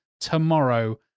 tomorrow